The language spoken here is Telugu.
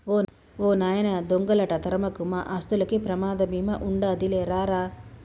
ఓ నాయనా దొంగలంట తరమకు, మన ఆస్తులకి ప్రమాద బీమా ఉండాదిలే రా రా